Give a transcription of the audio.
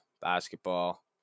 basketball